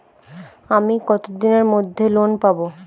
আমি কতদিনের মধ্যে লোন পাব?